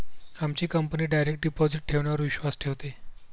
आमची company direct deposit ठेवण्यावर विश्वास ठेवते